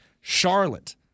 Charlotte